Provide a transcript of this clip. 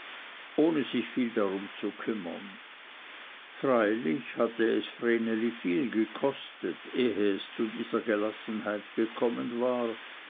ohne sich viel darum zu kümmern freilich hatte es vreneli viel gekostet ehe es zu dieser gelassenheit gekommen war